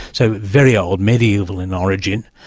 so, very old, medieval in origin,